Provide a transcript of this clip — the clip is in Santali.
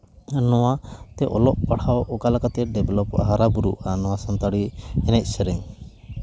ᱱᱚᱣᱟᱛᱮ ᱚᱞᱚᱜ ᱯᱟᱲᱦᱟᱣ ᱚᱠᱟ ᱞᱮᱠᱟᱛᱮ ᱰᱮᱵᱷᱞᱚᱵᱚᱜᱼᱟ ᱦᱟᱨᱟᱼᱵᱩᱨᱩᱜᱼᱟ ᱱᱚᱣᱟ ᱥᱟᱱᱛᱟᱲᱤ ᱮᱱᱮᱡ ᱥᱮᱨᱮᱧ